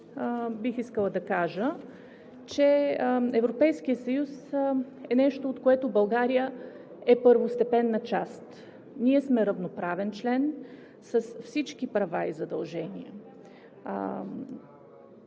бих искала да кажа, че Европейският съюз е нещо, от което България е първостепенна част. Ние сме равноправен член с всички права и задължения.